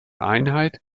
einheit